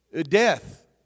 death